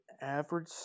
average